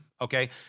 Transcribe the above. okay